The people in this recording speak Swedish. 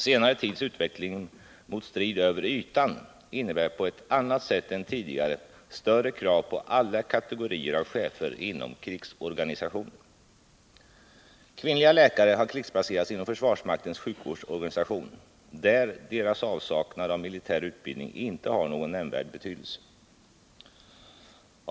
Senare tids utveckling mot strid över ytan innebär på ett annat sätt än tidigare större krav på alla kategorier av chefer inom krigsorganisationen. Kvinnliga läkare kan krigsplaceras inom försvarsmaktens sjukvårdsorganisation, där deras avsaknad av militär utbildning inte har någon nämnvärd betydelse.